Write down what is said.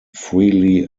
freely